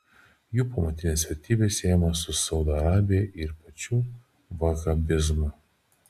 jų pamatinės vertybės siejamos su saudo arabija ir pačiu vahabizmu